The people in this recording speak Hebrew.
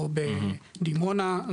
או בדימונה,